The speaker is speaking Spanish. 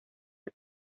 que